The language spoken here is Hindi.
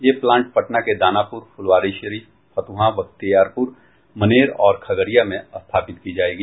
ये प्लांट पटना के दानापुर फुलवारीशरीफ फतुहा बख्तियारपुर मनेर और खगड़िया में स्थापित की जायेगी